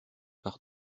par